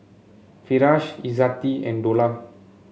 Firash Izzati and Dollah